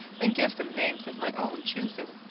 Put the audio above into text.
and give them names of my own choosing.